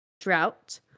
drought